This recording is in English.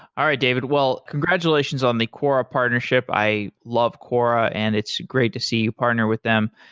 all right, david. well, congratulations on the quora partnership. i love quora and it's great to see you partner with them.